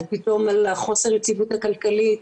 על חוסר היציבות הכלכלית,